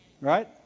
Right